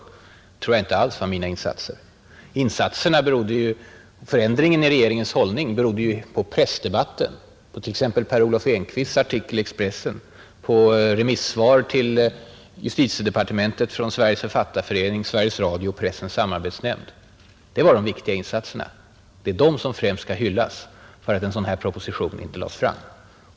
Det tror jag inte alls var främst mina insatser, Förändringen i regeringens hållning berodde ju på pressdebatten, på t.ex. Per Olov Enqvists artikel i Expressen, på remissvaren till justitiedepartementet från Sveriges författareförening, Sveriges Radio och Pressens samarbetsnämnd. Det var de viktiga insatserna. Det är de som främst skall hyllas för att en sådan här proposition inte lades fram.